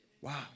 Wow